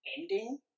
ending